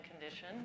condition